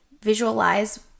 visualize